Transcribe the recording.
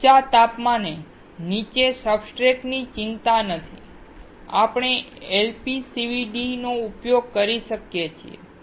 ઊંચા તાપમાને નીચે સબસ્ટ્રેટ્સની ચિંતા નથી આપણે LPCVD નો ઉપયોગ કરી શકીએ છીએ